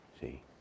See